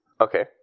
Okay